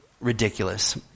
ridiculous